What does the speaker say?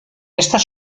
estas